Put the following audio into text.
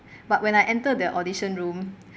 but when I enter the audition room